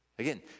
Again